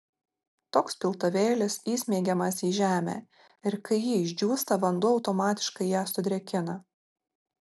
toks piltuvėlis įsmeigiamas į žemę ir kai ji išdžiūsta vanduo automatiškai ją sudrėkina